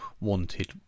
wanted